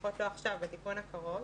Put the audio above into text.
לפחות לא עכשיו בתיקון הקרוב.